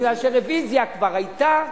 מפני שרוויזיה כבר היתה.